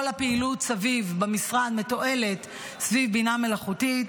כל הפעילות סביב במשרד מתועלת סביב בינה מלאכותית.